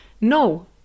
No